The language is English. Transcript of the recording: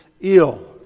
ill